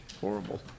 Horrible